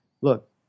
look